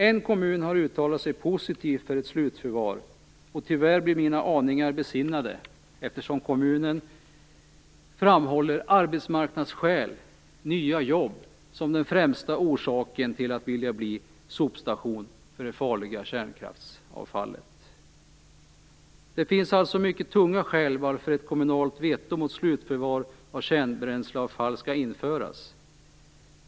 En kommun har uttalat sig positivt om ett slutförvar, och tyvärr blir mina aningar besannade eftersom denna kommun framhåller arbetsmarknadsskäl, nya jobb, som den främsta orsaken att vilja bli sopstation för det farliga kärnkraftsavfallet. Det finns alltså mycket tunga skäl för att ett kommunalt veto mot slutförvar av kärnbränsleavfall skall införas.